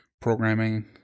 programming